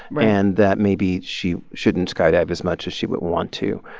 right. and that maybe she shouldn't skydive as much as she would want to.